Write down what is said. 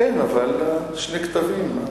כן, אבל שני קטבים.